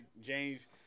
James